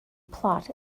plot